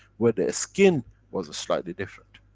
where the skin was slightly different.